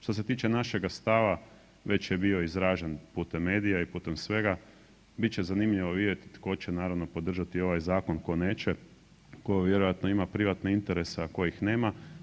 Što se tiče našega stava, već je bio izražen putem medija i putem svega, bit će zanimljivo vidjet tko će naravno podržati ovaj zakon, tko neće, tko vjerojatno ima privatne interese, a tko ih nema.